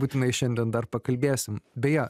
būtinai šiandien dar pakalbėsim beje